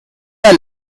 are